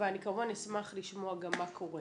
אבל אני כמובן אשמח לשמוע גם מה קורה.